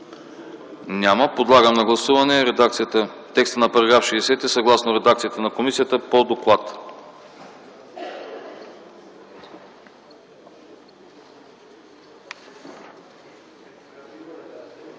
няма. Подлагам на гласуване текста на § 73, съгласно редакцията на комисията по доклада.